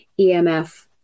EMF